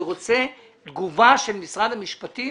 אני רוצה תגובה של משרד המשפטים